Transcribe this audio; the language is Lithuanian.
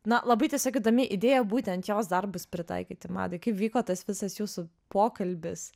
na labai tiesiog įdomi idėja būtent jos darbus pritaikyti madai kai vyko tas visas jūsų pokalbis